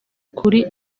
kuri